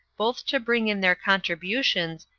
both to bring in their contributions,